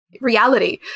reality